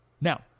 Now